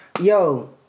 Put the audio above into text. Yo